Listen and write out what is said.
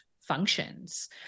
functions